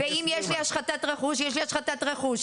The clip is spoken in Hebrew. אם יש לי השחתת רכוש, יש לי השחתת רכוש.